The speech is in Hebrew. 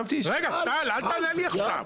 רגע, טל, אל תענה לי עכשיו.